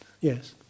Yes